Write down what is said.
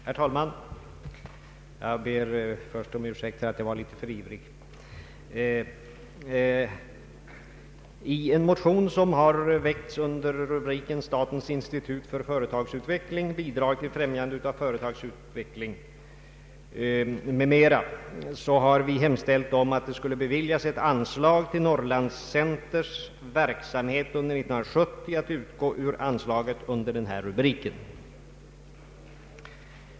Herr talman! I en motion som väckts under punkten ”Statens institut för företagsutveckling: Bidrag till främjande av företagsutveckling m.m.” har vi hemställt om att ett anslag till Norrland Centers verksamhet under 1970 skulle beviljas att utgå ur nämnda anslag.